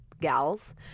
gals